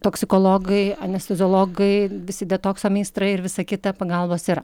toksikologai anesteziologai visi detokso meistrai ir visa kita pagalbos yra